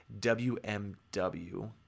WMW